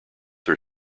set